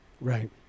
Right